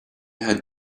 had